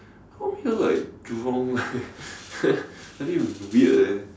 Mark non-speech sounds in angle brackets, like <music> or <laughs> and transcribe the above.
how come here look like Jurong like <laughs> a bit weird eh